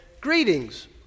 Greetings